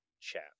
chat